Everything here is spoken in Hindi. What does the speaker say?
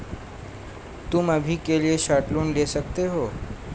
तुम अभी के लिए शॉर्ट लोन ले सकते हो